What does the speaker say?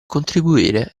contribuire